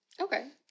Okay